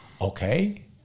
Okay